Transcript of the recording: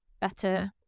better